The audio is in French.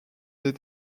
des